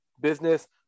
business